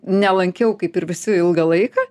nelankiau kaip ir visi ilgą laiką